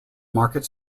market